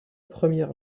première